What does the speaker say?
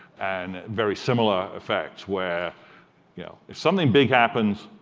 and very similar effects where yeah if something big happens,